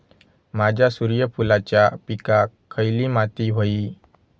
माझ्या सूर्यफुलाच्या पिकाक खयली माती व्हयी?